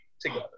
together